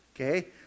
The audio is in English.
okay